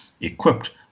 equipped